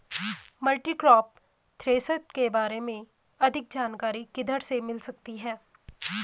Multicrop thresher के बारे में अधिक जानकारी किधर से मिल सकती है?